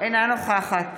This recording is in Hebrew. אינה נוכחת